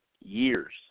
years